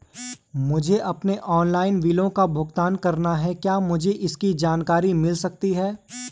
मुझे अपने ऑनलाइन बिलों का भुगतान करना है क्या मुझे इसकी जानकारी मिल सकती है?